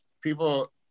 people